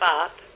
up